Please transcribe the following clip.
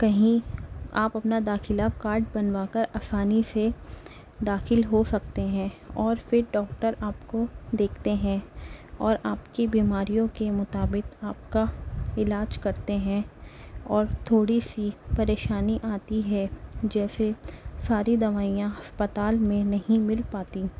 کہیں آپ اپنا داخلہ کارڈ بنوا کر آسانی سے داخل ہو سکتے ہیں اور پھر ڈاکٹر آپ کو دیکھتے ہیں اور آپ کے بیماریوں کے مطابق آپ کا علاج کرتے ہیں اور تھوڑی سی پریشانی آتی ہے جیسے ساری دوائیاں ہسپتال میں نہیں مل پاتی